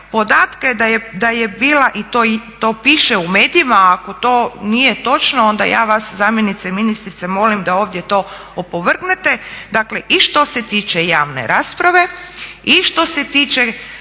podatke da je bila i to piše u medijima, a ako to nije točno onda ja vas zamjenice ministrice molim da ovdje to opovrgnete. Dakle i što se tiče javne rasprave i što se tiče